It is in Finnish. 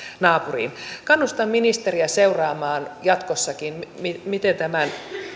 naapuriin kannustan ministeriä seuraamaan jatkossakin miten tämän